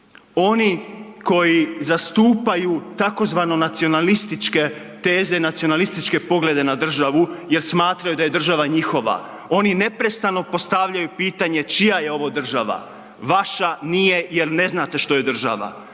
Oni koji zastupaju tzv. nacionalističke teze, nacionalističke poglede na državu jer smatraju da je država njihova, oni neprestano postavljaju pitanje, čija je ovo država. Vaša nije jel ne znate što je država.